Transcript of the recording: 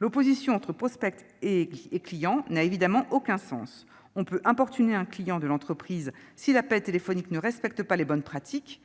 L'opposition entre prospects et clients n'a évidemment aucun sens : on peut importuner un client de l'entreprise si l'appel téléphonique ne respecte pas les bonnes pratiques,